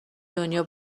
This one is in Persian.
دنیا